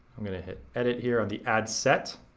i'm gonna hit edit here on the ad set,